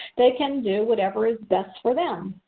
they can do whatever is best for them.